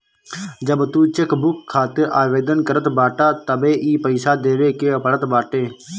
जब तू चेकबुक खातिर आवेदन करत बाटअ तबे इ पईसा देवे के पड़त बाटे